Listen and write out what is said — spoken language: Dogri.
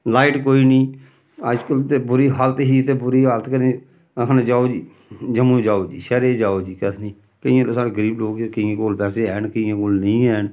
लाइट कोई निं अज्जकल ते बुरी हालत ही ते बुरी हालत कन्नै आखने जाओ जी जम्मू जाओ जी शैह्रें च जाओ जी कक्ख निं केईं ते साढ़े गरीब लोक केइें कोल पैसे हैन केइें कोल नेईं हैन